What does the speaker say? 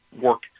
work –